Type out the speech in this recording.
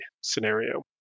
scenario